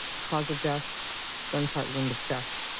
cause of death gunshot wound of chest.